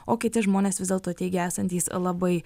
o kiti žmonės vis dėlto teigia esantys labai